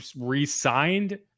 re-signed